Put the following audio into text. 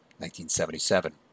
1977